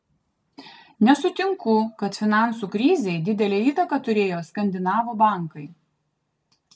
nesutinku kad finansų krizei didelę įtaką turėjo skandinavų bankai